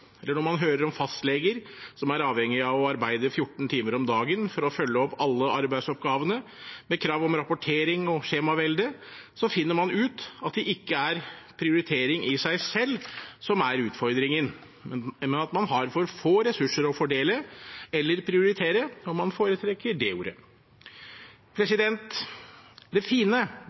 eller når man hører om fastleger som er avhengig av å jobbe 14 timer om dagen for å følge opp alle arbeidsoppgavene, med krav om rapportering og skjemavelde, finner man ut at det ikke er prioritering i seg selv som er utfordringen, men at man har for få ressurser å fordele, eller prioritere, om man foretrekker det ordet. Det fine